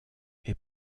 est